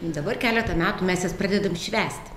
dabar keletą metų mes jas pradedam švęsti